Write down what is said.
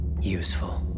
useful